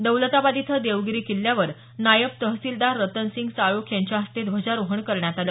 दौलताबाद इथं देवगिरी किल्ल्यावर नायब तहसिलदार रतनसिंग साळोख यांच्या हस्ते ध्वजारोहण करण्यात आलं